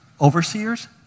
overseers